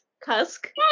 cusk